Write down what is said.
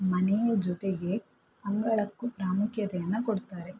ಮನೆಯ ಜೊತೆಗೆ ಅಂಗಳಕ್ಕೂ ಪ್ರಾಮುಖ್ಯತೆಯನ್ನು ಕೊಡ್ತಾರೆ